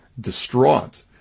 distraught